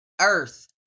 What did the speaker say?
earth